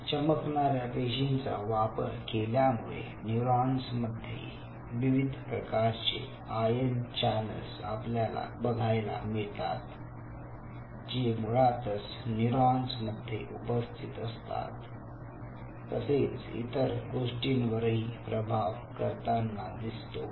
चमकणाऱ्या पेशींचा वापर केल्यामुळे न्यूरॉन्स मध्ये विविध प्रकारचे आयन चॅनेल्स आपल्याला बघायला मिळतात जे मुळातच न्यूरॉन्स मध्ये उपस्थित असतात तसेच इतर गोष्टींवरही प्रभाव करताना दिसतो